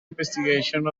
investigation